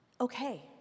okay